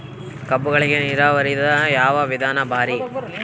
ಕಬ್ಬುಗಳಿಗಿ ನೀರಾವರಿದ ಯಾವ ವಿಧಾನ ಭಾರಿ?